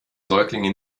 säuglinge